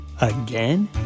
again